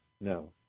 No